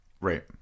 Right